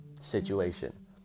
situation